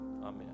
Amen